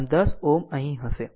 આમ 10 Ω અહીં હશે